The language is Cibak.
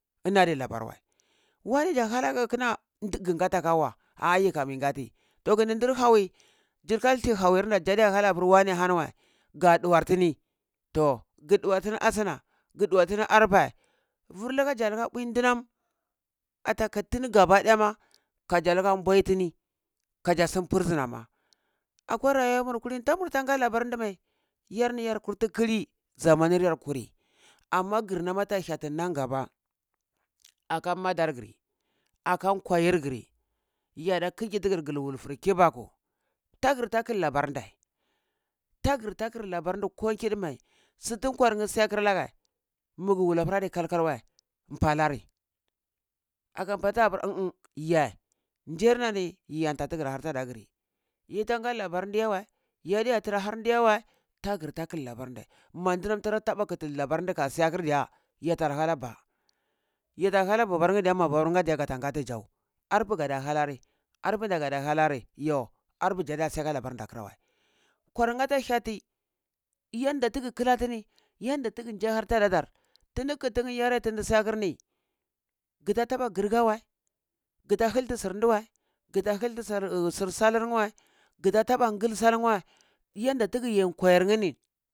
Ini adi labar weh waneh dza hana gheh kana ga ghati aka wah ah yi kam yi gati toh gadi ndar hawi dzi hawir na dza diya hanageh gah waneh ahani weh ga duwar tini toh gah duwar tini ashunah ga duwar tini arpeha vurlaka dza laka mbwi ndamam atakar tani gabadaya ma kaza laka mbwi tini kaza sum prisoner ma akwa rayuwar mu kulini tamur ta nga labar ndi kulini mai yar ni yar kurti kholi zamani yar kurti kuryi amma gar nama at hyati nan gaba aka madar gari aka nwarir gari yada khegitagari wulfur kibaku tagar ta kalh labana ndeh tegar ta karlh labar ndi ko kiduhu mai su tu nkwan neh siyar kir a nageh maguwala apir ai kalkal weh mpa alhjarei aga mpadza apari ndzai na ni yi yanta tigir ayevi ahar tatagar yi ta nga labar di yeh weh yadiya tarah ahar ndleh yeh weh tagar ta katar labar ndeh ma ndanam tara kati labar ndi kasiya akardiya yatar hana ndeh ya ta hana babar nhe diya gata ngahti ndzau arpeh gada halari arepinda gada hanari yhu arpehi ndzadiya siya ka labarn da kar weh nkwar yeh ada hyeti yanda taga kalati tini yenda taga ndiya har tata dar tini katineh tindi siyar kar ni ga ta taba gar ga weh gata halti nsur deh weh gata halti sur salhjeh weh gata taba ngal salneh weh yanda taga yeh nkwayin ngi ni.